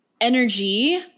energy